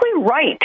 right